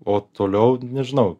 o toliau nežinau